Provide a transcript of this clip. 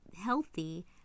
healthy